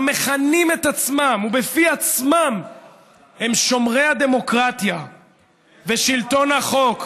ובפי עצמם הם שומרי הדמוקרטיה ושלטון החוק,